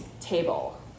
table